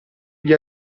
gli